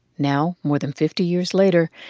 now more than fifty years later,